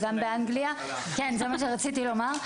גם באנגליה,